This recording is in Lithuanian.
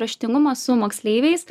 raštingumą su moksleiviais